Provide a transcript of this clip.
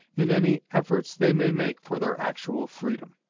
in any efforts they may make for their actual freedom.